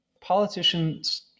politician's